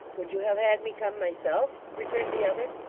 would you have had me come myself returned the other.